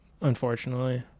unfortunately